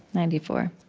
ninety four,